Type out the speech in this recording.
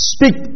Speak